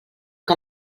que